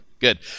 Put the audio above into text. good